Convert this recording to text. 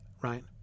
Right